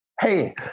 Hey